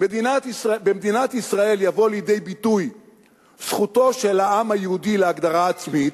במדינת ישראל תבוא לידי ביטוי זכותו של העם היהודי להגדרה עצמית,